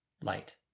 light